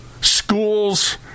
schools